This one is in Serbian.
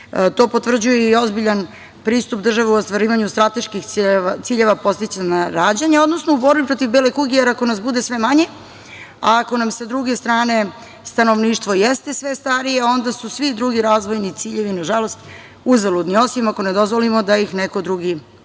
To potvrđuje i ozbiljan pristup države u ostvarivanju strateških ciljeva podsticanja rađanju, odnosno u borbi protiv bele kuge, jer ako nas bude sve manje, ako nam sa druge strane stanovništvo jeste sve starije onda su svi drugi razvojni ciljevi nažalost uzaludni, osim ako ne dozvolimo da ih neko drugi, osim